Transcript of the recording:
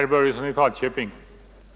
SERA eg NAS RPS Patientombudsmän